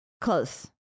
Close